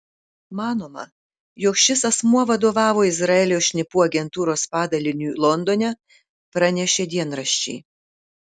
manoma jog šis asmuo vadovavo izraelio šnipų agentūros padaliniui londone pranešė dienraščiai